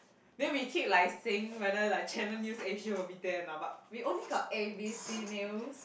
then we keep like saying whether like Channel News Asia will be there or not but we only got A_B_C news